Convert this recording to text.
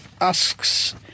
asks